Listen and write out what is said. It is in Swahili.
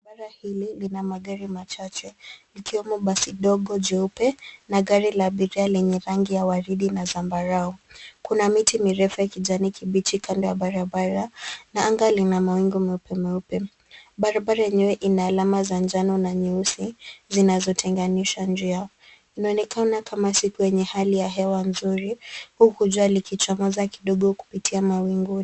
Barabara hili lina magari machache likiwemo basi ndogo jeupe na gari la abiria lenye rangi ya waridi na zambarau. Kuna miti mirefu ya kijani kibichi kando ya barabara na anga lina mawingu meupe meupe. Barabara yenyewe ina alama za njano na nyeusi zinazotenganisha njia. Inaonekana kama siku yenye hali ya hewa mzuri huku jua likichomoza kidogo kupitia mawingu.